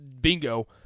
bingo